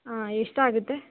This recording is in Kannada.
ಹಾಂ ಎಷ್ಟಾಗುತ್ತೆ